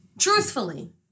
Truthfully